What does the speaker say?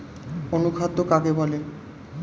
অনুখাদ্য কাকে বলে?